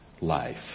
life